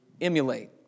emulate